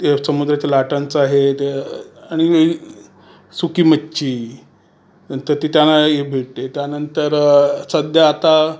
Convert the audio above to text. त्या समुद्राच्या लाटांचा हे ते आणि सुकी मच्छी नंतर ते त्यांना हे भेटते त्यानंतर सध्या आता